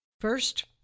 First